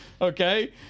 Okay